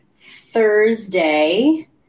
Thursday